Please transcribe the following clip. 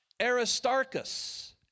Aristarchus